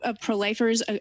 pro-lifers